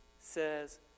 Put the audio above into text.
says